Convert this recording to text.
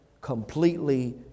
completely